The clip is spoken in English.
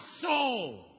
soul